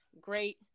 great